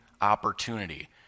opportunity